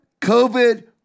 COVID